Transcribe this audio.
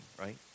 right